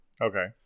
Okay